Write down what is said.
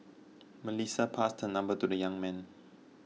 Melissa passed her number to the young man